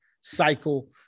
cycle